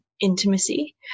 intimacy